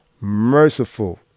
merciful